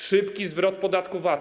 Szybki zwrot podatku VAT.